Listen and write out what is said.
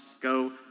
go